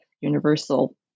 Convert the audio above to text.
universal